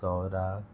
सौराक